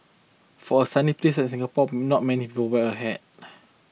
for a sunny place like Singapore not many people wear a hat